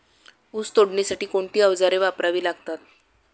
ऊस तोडणीसाठी कोणती अवजारे वापरावी लागतात?